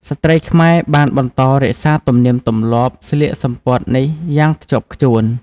ស្ត្រីខ្មែរបានបន្តរក្សាទំនៀមទម្លាប់ស្លៀកសំពត់នេះយ៉ាងខ្ជាប់ខ្ជួន។